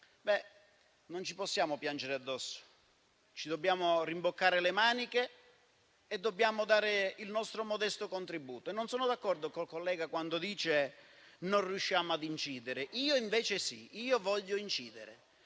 Non possiamo piangerci addosso, ci dobbiamo rimboccare le maniche e dare il nostro modesto contributo. Non sono d'accordo con quel collega che ha detto che non riusciamo ad incidere: io invece sì, io voglio incidere.